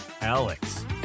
Alex